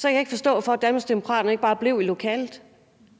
kan jeg ikke forstå, hvorfor Danmarksdemokraterne ikke bare blev i lokalet